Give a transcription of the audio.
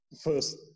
first